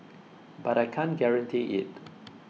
but I can't guarantee it